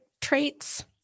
traits